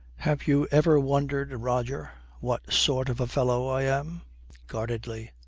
have you ever wondered, roger, what sort of a fellow i am guardedly,